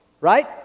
Right